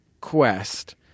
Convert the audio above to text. quest